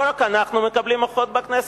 לא רק אנחנו מקבלים הוכחות בכנסת,